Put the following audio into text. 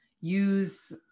use